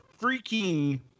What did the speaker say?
freaking